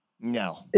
No